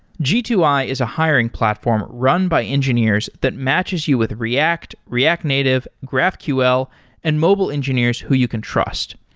g two i is a hiring platform run by engineers that matches you with react, react native, graphql and mobile engineers who you can trust.